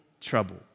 trouble